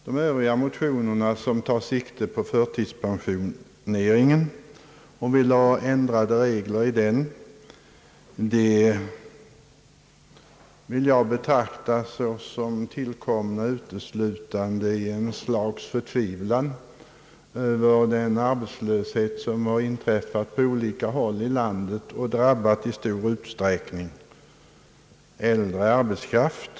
De övriga motionerna, i vilka yrkas på ändrade regler vad beträffar förtidspensioneringen, vill jag betrakta såsom tillkomna uteslutande i ett slags förtvivlan över den arbetslöshet som har inträffat på olika håll i landet och som i stor utsträckning drabbat äldre arbetskraft.